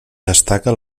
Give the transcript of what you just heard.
destaca